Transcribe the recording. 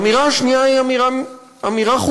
האמירה השנייה היא אמירה חוקית.